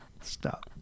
stop